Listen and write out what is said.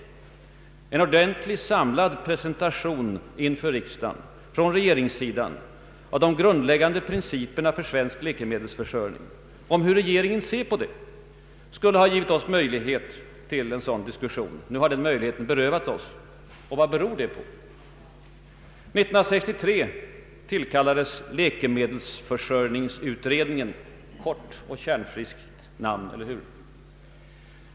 En ordentlig, samlad presentation ifrån regeringens sida av de grundläggande principerna för svensk läkemedelsförsörjning — d. v. s. regeringens syn på denna fråga — skulle ha givit oss en möjlighet till en sådan diskussion. Nu har den möjligheten berövats oss. Vad beror det på? 1963 tillkallades läkemedelsförsörjningsutredningen — ett kort och kärnfriskt namn, eller hur?